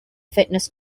fitness